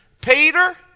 Peter